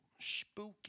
Spooky